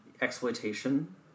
exploitation